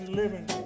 living